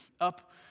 up